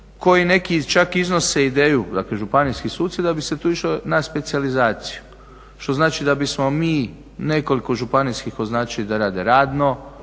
koji neki čak iznose ideju, dakle županijski suci da bi se tu išlo na specijalizaciju. Što znači da bi smo mi nekoliko županijskih označili da rade radno,